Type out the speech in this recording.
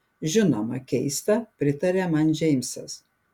žinoma keista pritarė man džeimsas